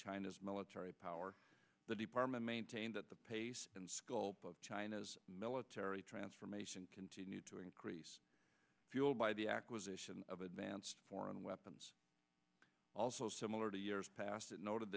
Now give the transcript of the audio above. china's military power the department maintained that the pace and scope of china's military transformation continue to increase fueled by the acquisition of advanced foreign weapons also similar to years past noted